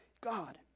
God